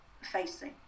facing